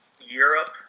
Europe